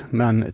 men